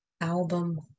album